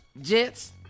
Jets